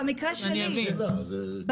אני שואלת ------ 15,000 שקל.